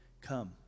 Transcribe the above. Come